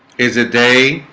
is a day,